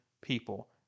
people